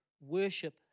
worship